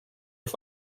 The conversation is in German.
auf